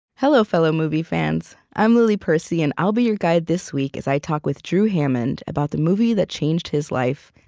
hello, fellow movie fans. i'm lily percy, and i'll be your guide this week as i talk with drew hammond about the movie that changed his life,